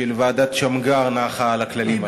של ועדת שמגר, נחה על הכללים האלה?